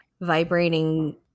vibrating